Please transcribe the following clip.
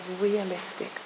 realistic